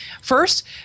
First